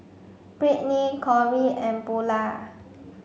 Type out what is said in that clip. Brittnie Cory and Bulah